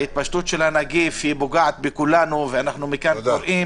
ההתפשטות של הנגיף פוגעת בכולנו ואנחנו קוראים